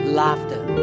laughter